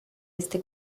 este